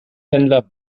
händler